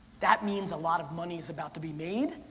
that means a lot of money is about to be made,